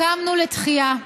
קמנו לתחייה.